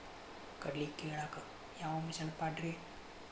ಕಡ್ಲಿ ಕೇಳಾಕ ಯಾವ ಮಿಷನ್ ಪಾಡ್ರಿ?